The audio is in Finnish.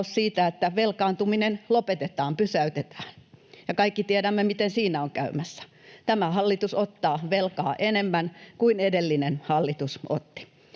siitä, että velkaantuminen lopetetaan, pysäytetään. Kaikki tiedämme, miten siinä on käymässä. Tämä hallitus ottaa velkaa enemmän kuin edellinen hallitus otti.